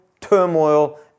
turmoil